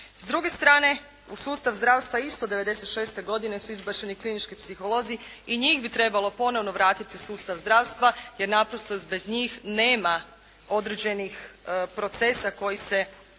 S druge strane u sustav zdravstva isto '96. godine su izbačeni klinički psiholozi. I njih bi trebalo ponovno vratiti u sustav zdravstva, jer naprosto bez njih nema određenih procesa koji se